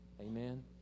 amen